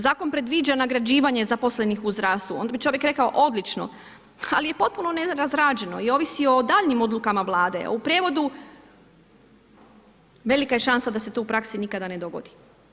Zakon predviđa nagrađivanje zaposlenih u zdravstvu, onda bi čovjek rekao odlično, ali je potpuno nerazrađeno i ovisi o daljnjim odlukama Vlade, a u prijevodu velika je šansa da se to u praksi nikada ne dogodi.